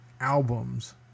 Albums